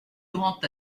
grand